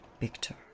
Victor